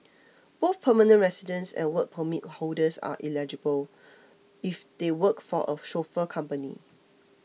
both permanent residents and Work Permit holders are eligible if they work for a chauffeur company